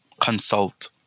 consult